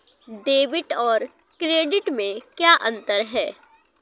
Debit और credit में क्या अंतर है?